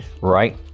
right